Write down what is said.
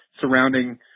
surrounding